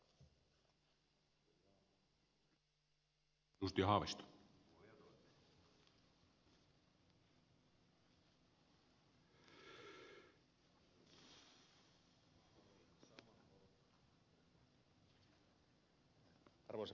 arvoisa puhemies